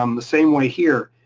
um the same way here.